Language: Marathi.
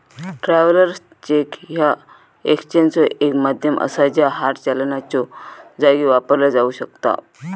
ट्रॅव्हलर्स चेक ह्या एक्सचेंजचो एक माध्यम असा ज्या हार्ड चलनाच्यो जागी वापरला जाऊ शकता